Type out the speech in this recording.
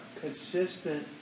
consistent